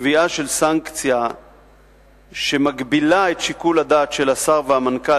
קביעה של סנקציה שמגבילה את שיקול-הדעת של השר והמנכ"ל